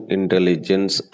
Intelligence